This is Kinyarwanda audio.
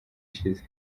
ishize